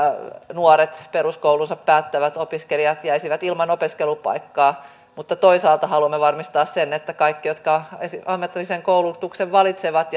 nuoret peruskoulunsa päättävät opiskelijat jäisivät ilman opiskelupaikkaa mutta toisaalta haluamme varmistaa sen että kaikki jotka ammatillisen koulutuksen valitsevat